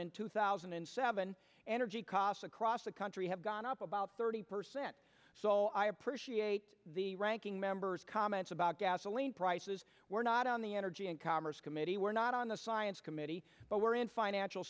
and two thousand and seven energy costs across the country have gone up about thirty percent so i appreciate the ranking members comments about gasoline prices we're not on the energy and commerce committee we're not on the science committee but we're in financial